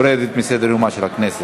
נתקבלה.